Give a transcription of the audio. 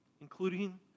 including